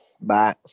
Bye